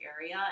area